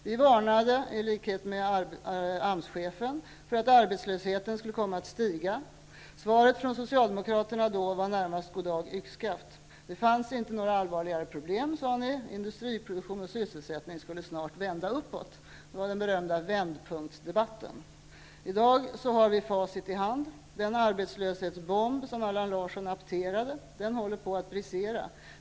Vi varnade i likhet med AMS-chefen för att arbetslösheten skulle komma att stiga. Svaret från Socialdemokraterna då var närmast ett goddag yxskaft. Det fanns inte några allvarligare problem, sade ni. Kurvan för industriproduktionen och sysselsättningen skulle snart vända uppåt -- den berömda vändpunktsdebatten. I dag har vi facit i hand. Den arbetslöshetsbomb som Allan Larsson apterade håller nu på att brisera.